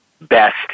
best